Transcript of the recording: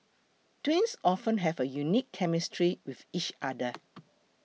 twins often have a unique chemistry with each other